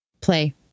play